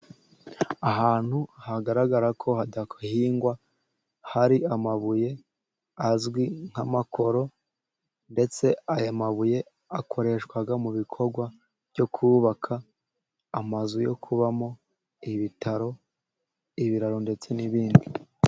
Ahantu hagaragara ko hadahingwa, hari amabuye azwi nk'amakoro, ndetse aya mabuye akoreshwa mu bikorwa byo kubaka amazu yo kubamo, ibitaro, ibiraro ndetse n'ibindi.